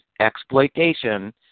exploitation